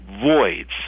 voids